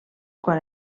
quan